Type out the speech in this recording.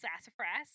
sassafras